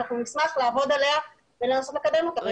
אנחנו נשמח לעבוד עליה ולקדם אותה.